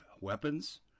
weapons